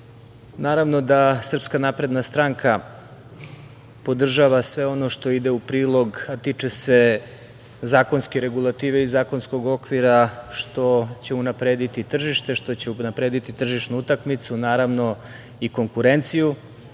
naravno da SNS podržava sve ono što ide u prilog, a tiče se zakonske regulative i zakonskog okvira, što će unaprediti tržište, što će unaprediti tržišnu utakmicu, naravno, i konkurenciju